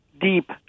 deep